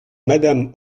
madame